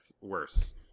worse